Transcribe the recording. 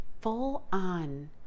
full-on